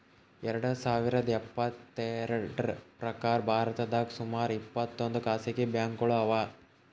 ಎರಡ ಸಾವಿರದ್ ಇಪ್ಪತ್ತೆರಡ್ರ್ ಪ್ರಕಾರ್ ಭಾರತದಾಗ್ ಸುಮಾರ್ ಇಪ್ಪತ್ತೊಂದ್ ಖಾಸಗಿ ಬ್ಯಾಂಕ್ಗೋಳು ಅವಾ